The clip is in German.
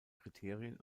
kriterien